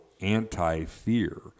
anti-fear